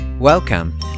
Welcome